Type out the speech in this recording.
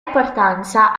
importanza